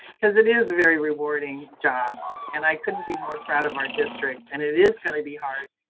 cause it is a very rewarding job and i couldn't be more proud of our district and it is going to be hard,